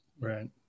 Right